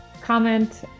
comment